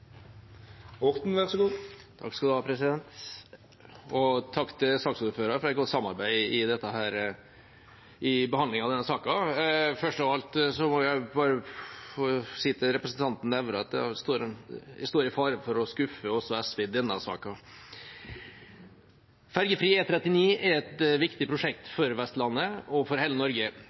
for et godt samarbeid i behandlingen av denne saken. Først av alt må jeg få si til representanten Nævra at jeg står i fare for å skuffe SV også i denne saken. Fergefri E39 er et viktig prosjekt for Vestlandet og for hele Norge.